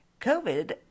COVID